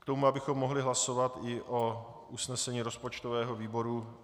K tomu, abychom mohli hlasovat i o usnesení rozpočtového výboru.